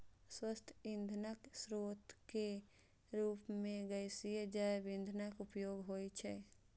स्वच्छ ईंधनक स्रोत के रूप मे गैसीय जैव ईंधनक उपयोग होइ छै